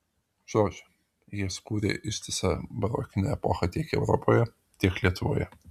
žodžiu jie sukūrė ištisą barokinę epochą tiek europoje tiek lietuvoje